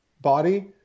body